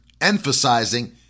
emphasizing